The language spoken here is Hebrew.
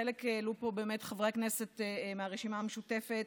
חלק העלו פה באמת, חבר הכנסת מהרשימה המשותפת.